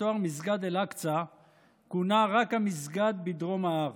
בתואר מסגד אל-אקצא כונה רק המסגד בדרום ההר.